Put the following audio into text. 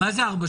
מה זה 437?